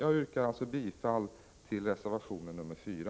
Jag yrkar alltså bifall till reservation 4.